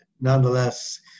nonetheless